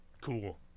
Cool